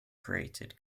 created